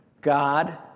God